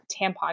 tampon